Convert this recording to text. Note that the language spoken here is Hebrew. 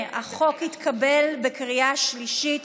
החוק התקבל בקריאה שלישית,